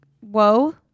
whoa